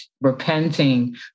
repenting